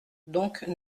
donc